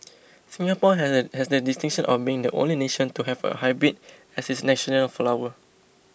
Singapore has had has the distinction of being the only nation to have a hybrid as its national flower